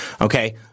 Okay